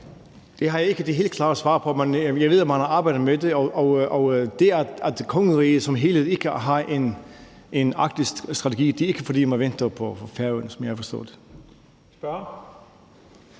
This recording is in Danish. Det har jeg ikke det helt klare svar på, men jeg ved, at man har arbejdet med det. Det, at kongeriget som helhed ikke har en Arktisstrategi, skyldes ikke, at man venter på Færøerne, som jeg har forstået det.